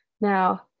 Now